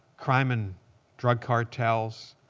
crime and drug cartels,